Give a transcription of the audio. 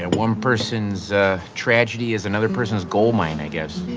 and one person's tragedy is another person's gold mine, i guess.